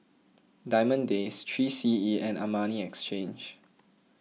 Diamond Days three C E and Armani Exchange